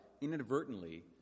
inadvertently